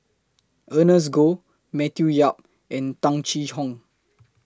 Ernest Goh Matthew Yap and Tung Chye Hong